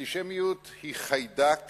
אנטישמיות היא חיידק